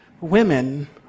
Women